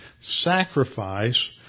sacrifice